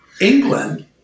England